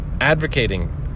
advocating